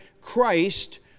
Christ